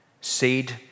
Seed